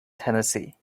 tennessee